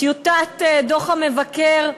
טיוטת דוח המבקר,